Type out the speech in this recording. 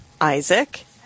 Isaac